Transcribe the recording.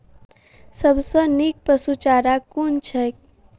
सबसँ नीक पशुचारा कुन छैक?